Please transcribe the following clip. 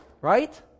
right